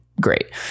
great